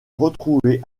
retrouvée